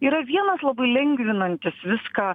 yra vienas labai lengvinantis viską